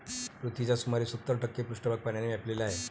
पृथ्वीचा सुमारे सत्तर टक्के पृष्ठभाग पाण्याने व्यापलेला आहे